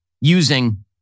using